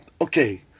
okay